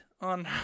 on